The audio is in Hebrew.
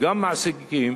גם מעסיקים